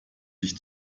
sich